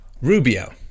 Rubio